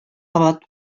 кабат